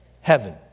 heaven